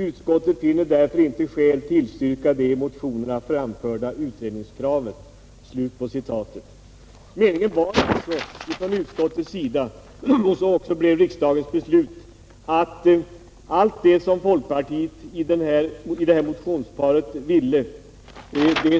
Utskottet finner därför inte skäl tillstyrka det i motionerna framförda utredningskravet.” Utskottet ansåg alltså — och riksdagen beslöt i enlighet därmed — att allt det som folkpartiet föreslog i detta motionspar